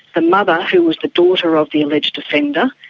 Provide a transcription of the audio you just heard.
the mother, who was the daughter of the alleged offender,